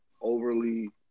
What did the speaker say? overly